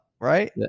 right